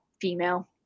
female